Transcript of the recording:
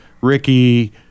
Ricky